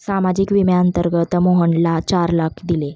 सामाजिक विम्याअंतर्गत मोहनला चार लाख दिले